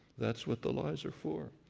that's what the lies are for.